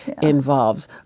involves